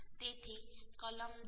તેથી કલમ 10